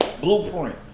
blueprint